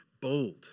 bold